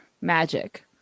magic